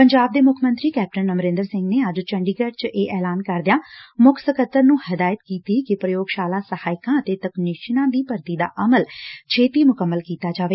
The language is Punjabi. ਪੰਜਾਬ ਦੇ ਮੁੱਖ ਮੰਤਰੀ ਕੈਪਟਨ ਅਮਰੰਦਰ ਸਿੰਘ ਨੇ ਅੱਜ ਚੰਡੀਗੜ੍ਤ ਚ ਇਹ ਐਲਾਨ ਕਰਦਿਆਂ ਮੁੱਖ ਸਕੱਤਰ ਨੂੰ ਹਦਾਇਤ ਕੀਤੀ ਕਿ ਪ੍ਰਯੋਗਸ਼ਾਲਾ ਸਹਾਇਕਾ ਅਤੇ ਤਕਨੀਸ਼ੀਅਲਾ ਦੀ ਭਰਤੀ ਦਾ ਅਮਲ ਛੇਤੀ ਮੁਕੰਮਲ ਕੀਤਾ ਜਾਵੇ